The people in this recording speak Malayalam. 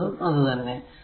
അടുത്തതും അത് തന്നെ